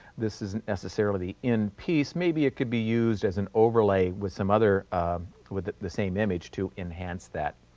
this isn't necessarily the end piece, maybe it could be used as an overlay with some other with the same image to enhance that.